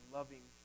loving